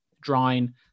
drawing